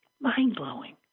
Mind-blowing